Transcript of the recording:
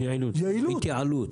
התייעלות.